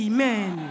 Amen